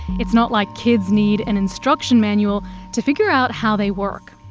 it's not like kids need an instruction manual to figure out how they work.